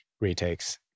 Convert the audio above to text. retakes